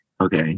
okay